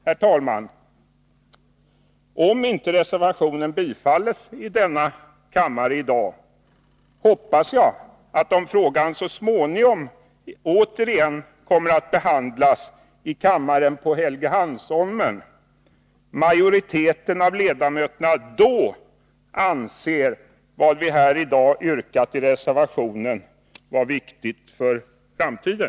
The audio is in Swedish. Herr talman! Om reservationen inte bifalls i denna kammare i dag hoppas jag att, om frågan så småningom återigen kommer att behandlas i kammaren på Helgeandsholmen, majoriteten av ledamöterna då anser vad vi här i dag yrkat i reservationen vara viktigt för framtiden.